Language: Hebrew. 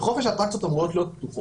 בחופש האטרקציות אמורות להיות פתוחות.